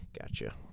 Gotcha